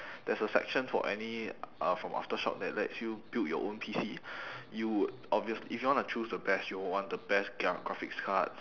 there is a section for any uh from aftershock that lets you build your own P_C you would obvious~ if you want to choose the best you would want the best gr~ ya graphics cards